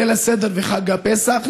ליל הסדר וחג הפסח,